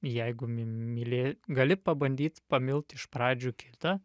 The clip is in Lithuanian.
jeigu myli gali pabandyt pamilt iš pradžių kitą